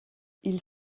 ils